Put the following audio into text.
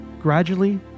gradually